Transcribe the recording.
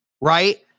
Right